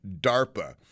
DARPA